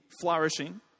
flourishing